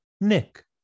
Nick